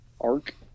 arc